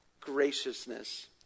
graciousness